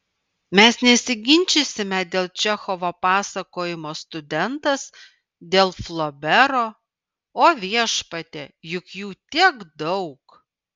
mes nesiginčysime dėl čechovo pasakojimo studentas dėl flobero o viešpatie juk jų tiek daug